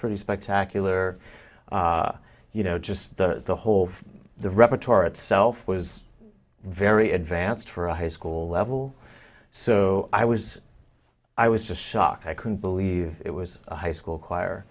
pretty spectacular you know just the whole of the repertoire itself was very advanced for a high school level so i was i was just shocked i couldn't believe it was a high school choir